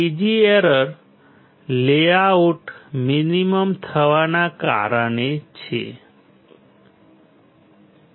ત્રીજી error layout mismatch થવાના કારણે છે